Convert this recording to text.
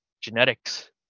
genetics